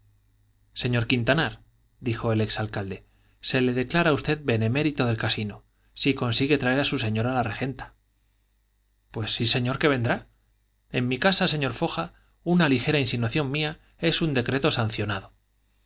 mejorcito señor quintanar dijo el ex alcalde se le declara a usted benemérito del casino si consigue traer a su señora la regenta pues sí señor que vendrá en mi casa señor foja una ligera insinuación mía es un decreto sancionado